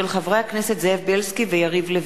מאת חברי הכנסת רוברט טיבייב,